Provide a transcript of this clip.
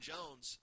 Jones